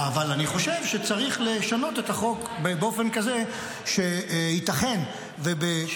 אבל אני חושב שצריך לשנות את החוק באופן כזה שייתכן שבקיבוץ